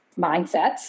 mindsets